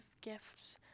gifts